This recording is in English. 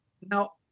Now